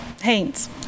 Haynes